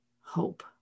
hope